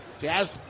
Jazz